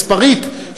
מספרית,